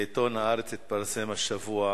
בעיתון "הארץ" התפרסם השבוע